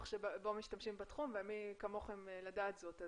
שבו משתמשים בתחום ומי כמוכם לדעת זאת.